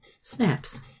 snaps